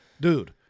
Dude